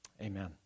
Amen